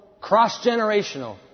cross-generational